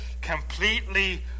completely